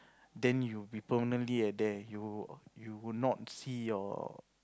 then you'll be permanently at there you you will not see your